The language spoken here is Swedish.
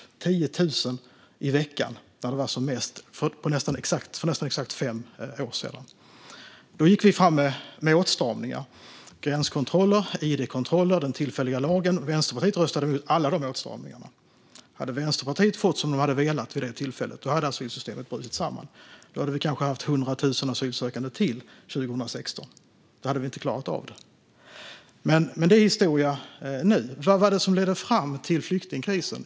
Det kom 10 000 i veckan när det var som mest för nästan exakt fem år sedan. Då gick vi fram med åtstramningar: gränskontroller, id-kontroller och den tillfälliga lagen. Vänsterpartiet röstade emot alla de åtstramningarna. Hade Vänsterpartiet fått som de ville vid det tillfället hade asylsystemet brutit samman. Då hade vi kanske haft ytterligare 100 000 asylsökande 2016. Det hade vi inte klarat av. Men det är historia nu. Vad var det då som ledde fram till flyktingkrisen?